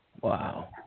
Wow